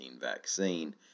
vaccine